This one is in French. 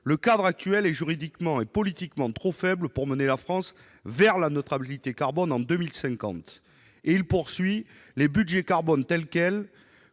Le cadre actuel est juridiquement et politiquement trop faible pour mener la France vers la neutralité carbone en 2050. » Elle ajoute à propos des budgets carbone tels que